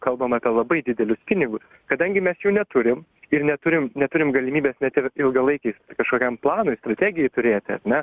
kalbam apie labai didelius pinigus kadangi mes jų neturim ir neturim neturim galimybės ne ir ilgalaikiais kažkokiam planui strategijai turėti ar ne